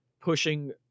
pushing